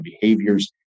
behaviors